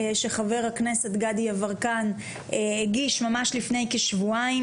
שחבר הכנסת גדי יברקן הגיש ממש לפני כשבועיים